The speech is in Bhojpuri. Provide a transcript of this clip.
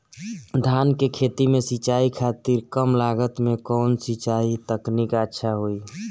धान के खेती में सिंचाई खातिर कम लागत में कउन सिंचाई तकनीक अच्छा होई?